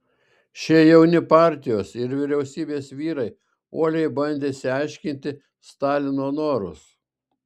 šie jauni partijos ir vyriausybės vyrai uoliai bandė išsiaiškinti stalino norus